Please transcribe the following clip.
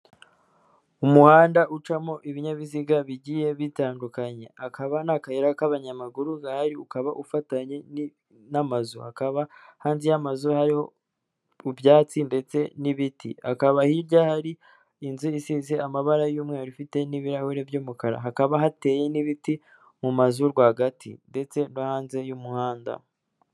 Umuhanda ucamo ibinyabiziga bigiye bitandukanye, hakaba nta kayira k'abanyamaguru gahari ukaba ufatanye n'amazu, hakaba hanze y'amazu hariho ibyatsi ndetse n'ibiti, hakaba hirya hari inzu isize amabara y'umweru ifite n'ibirahuri by'umukara, hakaba hateye n'ibiti mu mazu rwagati, ndetse no hanze y'umuhanda.